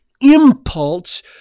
impulse